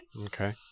okay